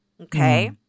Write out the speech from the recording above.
okay